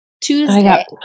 Tuesday